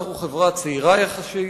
אנחנו חברה צעירה יחסית,